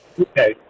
Okay